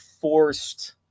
forced